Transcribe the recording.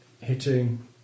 Hitting